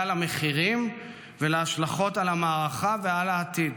למחירים ולהשלכות על המערכה ועל העתיד.